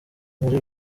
muri